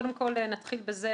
קודם כל, נתחיל בזה